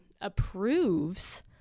approves